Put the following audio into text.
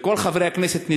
וכל חברי הכנסת,